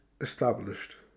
Established